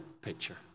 picture